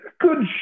good